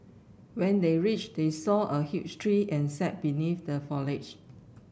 when they reached they saw a huge tree and sat beneath the foliage